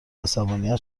عصبانیت